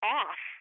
off